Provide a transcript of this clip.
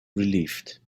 relieved